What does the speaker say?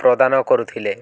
ପ୍ରଦାନ କରୁଥିଲେ